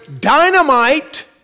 dynamite